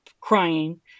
crying